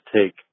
take